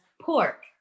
pork